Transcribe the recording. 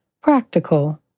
practical